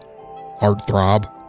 heartthrob